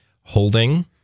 holding